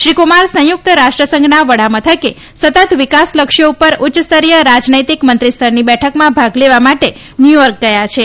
શ્રી કુમારે સંયુક્ત રાષ્ટ્ર સંઘના વડા મથકે સતત વિકાસ લક્ષ્યો ઉપર ઉચ્યસ્તરીય રાજનૈતિક મંત્રીસ્તરની બેઠકમાં ભાગ લેવા માટે ન્યૂયોર્ક ગયા છે